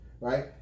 right